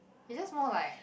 you just more like